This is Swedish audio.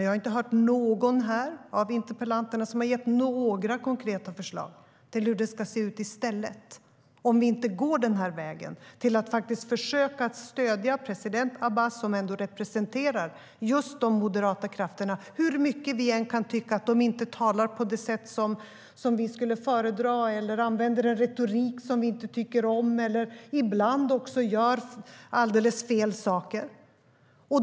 Jag har inte hört någon av interpellanterna ge några konkreta förslag här på hur det ska se ut i stället, om vi inte går den vägen och försöker stödja president Abbas. Han representerar just dessa moderata krafter, hur mycket vi än kan tycka att de inte talar på det sätt vi skulle föredra, använder en retorik vi inte tycker om och ibland gör alldeles fel saker.